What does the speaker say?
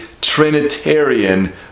trinitarian